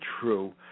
true